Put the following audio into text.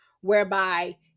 whereby